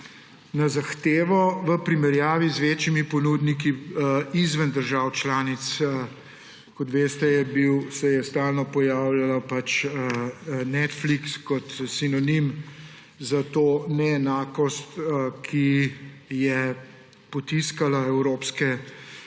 na zahtevo v primerjavi z večjimi ponudniki izven držav članic. Kot veste, se je stalno pojavljal Netflix kot sinonim za to neenakost, ki je potiskala evropske